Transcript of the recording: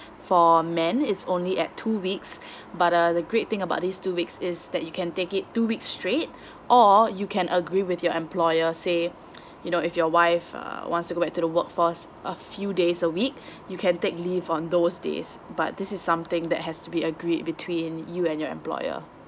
for men it's only at two weeks but uh the great thing about this two weeks is that you can take it two weeks straight or you can agree with your employer say you know if your wife uh wants to go back to the workforce a few days a week you can take leave on those days but this is something that has to be agreed between you and your employer